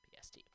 PST